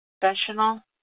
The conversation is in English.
professional